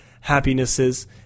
happinesses